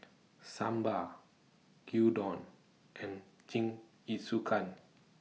Sambar Gyudon and Jingisukan